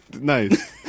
Nice